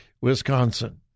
Wisconsin